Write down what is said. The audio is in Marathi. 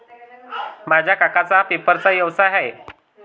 माझ्या काकांचा पेपरचा व्यवसाय आहे